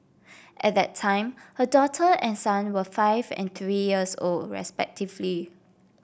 at that time her daughter and son were five and three years old respectively